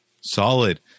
Solid